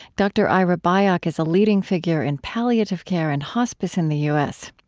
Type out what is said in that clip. dr. ira byock is a leading figure in palliative care and hospice in the u s.